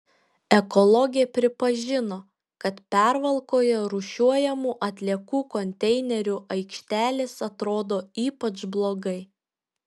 ekologė pripažino kad pervalkoje rūšiuojamų atliekų konteinerių aikštelės atrodo ypač blogai